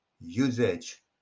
usage